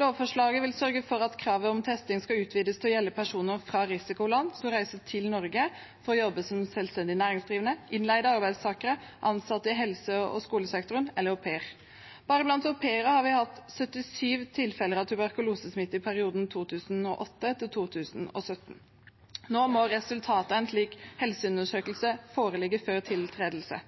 Lovforslaget vil sørge for at kravet om testing skal utvides til å gjelde personer fra risikoland som reiser til Norge for å jobbe som selvstendig næringsdrivende, innleide arbeidstakere, ansatte i helse- og skolesektoren eller au pairer. Bare blant au pairer har vi hatt 77 tilfeller av tuberkulosesmitte i perioden 2008–2017. Nå må resultatet av en slik helseundersøkelse foreligge før tiltredelse.